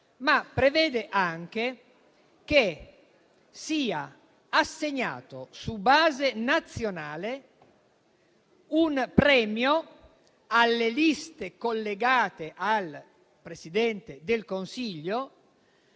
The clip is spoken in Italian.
ma prevede anche che sia assegnato su base nazionale un premio alle liste collegate al Presidente del Consiglio,